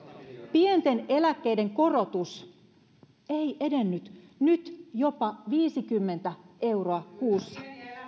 pienten eläkkeiden korotus ei edennyt nyt tulee jopa viisikymmentä euroa kuussa